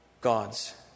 God's